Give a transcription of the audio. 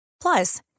Plus